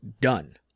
Done